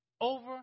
over